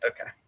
Okay